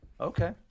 Okay